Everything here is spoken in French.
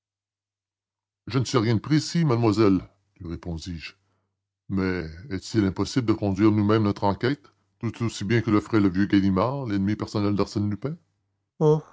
je ne sais rien de précis mademoiselle lui répondis-je mais est-il impossible de conduire nous-mêmes notre enquête tout aussi bien que le ferait le vieux ganimard l'ennemi personnel d'arsène lupin